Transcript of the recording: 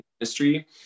industry